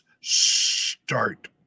start